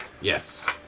Yes